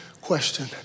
question